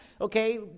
okay